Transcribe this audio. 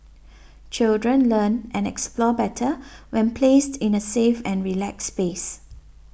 children learn and explore better when placed in a safe and relaxed space